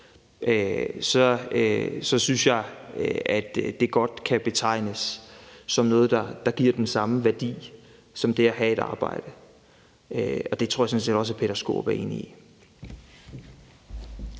så synes jeg, at det godt kan betegnes som noget, der giver den samme værdi som det at have et arbejde. Det tror jeg sådan set også hr. Peter Skaarup enig i.